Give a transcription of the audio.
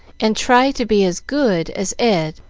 and try to be as good as eddy.